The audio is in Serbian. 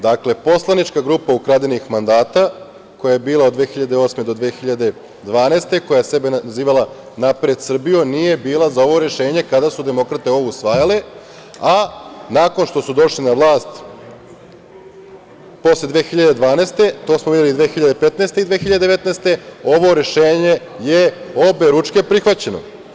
Dakle, poslanička grupa ukradenih mandata, koja je bila od 2008. do 2012. godine, koja je sebe nazivala „Napred Srbijo“ nije bila za ovo rešenje kada su demokrate ovo usvajale, a nakon što su došli na vlast posle 2012. godine, to smo videli 2015. i 2019. godine, ovo rešenje je oberučke prihvaćeno.